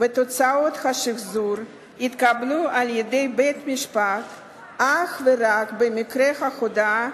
ותוצאות השחזור יתקבלו על-ידי בית-המשפט אך ורק במקרה שההודאה